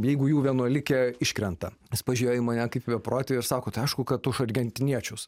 jeigu jų vienuolikė iškrenta jis pažiūrėjo į mane kaip į beprotį ir sako tai aišku kad už argentiniečius